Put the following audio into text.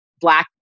black